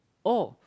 oh